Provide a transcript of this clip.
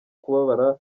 kubabara